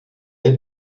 est